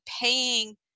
paying